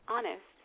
Honest